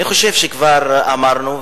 אני חושב שכבר אמרנו,